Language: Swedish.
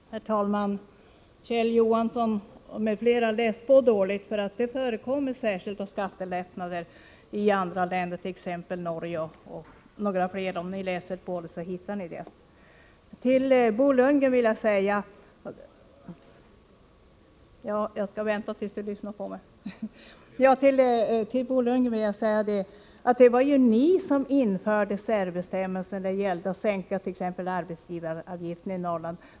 Herr talman! Kjell Johansson m.fl. har läst på dåligt. Det förekommer särskilda skattelättnader i andra länder, t. ex, i Norge och några fler. Om ni läser på hittar ni det. Till Bo Lundgren vill jag säga att det var ni som införde särbestämmelser t.ex. då det gällde att sänka arbetsgivaravgiften i Norrland.